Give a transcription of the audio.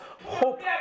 hope